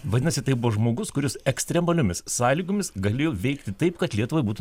vadinasi tai buvo žmogus kuris ekstremaliomis sąlygomis galėjo veikti taip kad lietuvai būtų